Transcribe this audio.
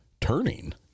turning